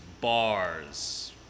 bars